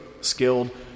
skilled